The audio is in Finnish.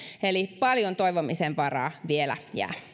eli paljon toivomisen varaa vielä